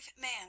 man